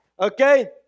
Okay